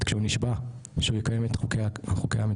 כשהוא נשבע שהוא יקיים את חוקי המדינה,